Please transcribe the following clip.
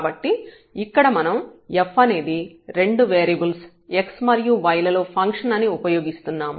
కాబట్టి ఇక్కడ మనం f అనేది రెండు వేరియబుల్స్ x మరియు y లలో ఫంక్షన్ అని ఉపయోగిస్తున్నాము